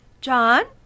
John